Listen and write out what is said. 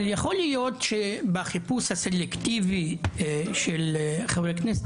אבל יכול להיות שבחיפוש הסלקטיבי של חבר הכנסת